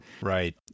right